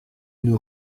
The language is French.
nous